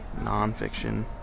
Nonfiction